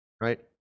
right